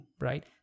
Right